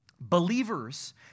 believers